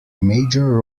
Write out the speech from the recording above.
major